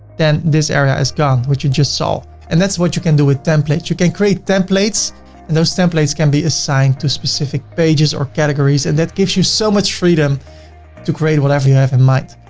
then this area is gone which you just saw. and that's what you can do with templates. you can create templates and those templates can be assigned to specific pages or categories and that gives you so much freedom to create whatever you have in mind.